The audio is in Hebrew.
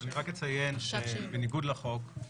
אני רק אציין שבניגוד לחוק,